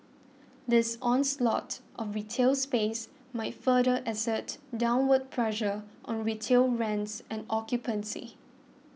this onslaught of retail space might further exert downward pressure on retail rents and occupancy